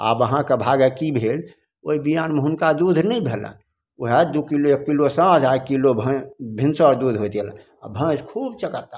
आब अहाँके भागे की भेल ओइ बिआनमे हुनका दुध नहि भेलनि ओएह दू किलो एक किलो साँझ आोर एक किलो भै भिनसर दुध होइत गेलै आ भैस खुब चकाता भऽ गेल